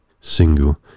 single